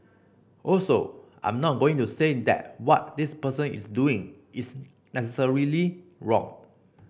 also I'm not going to say that what this person is doing is necessarily wrong